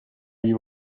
you